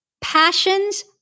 Passions